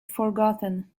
forgotten